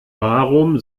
warum